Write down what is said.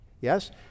Yes